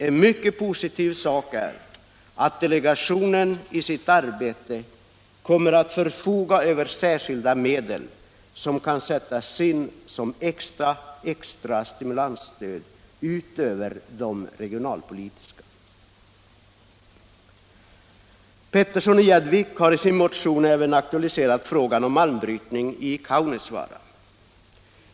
En mycket positiv sak är att delegationen i sitt arbete kommer att förfoga över särskilda medel som kan sättas in som extra stimulansstöd utöver de regionalpolitiska. Herr Petersson i Gäddvik har i sin motion även aktualiserat frågan om malmbrytning i Kaunisvaara.